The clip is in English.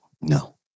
No